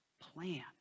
plan